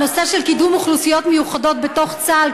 הנושא של קידום אוכלוסיות מיוחדות בתוך צה"ל,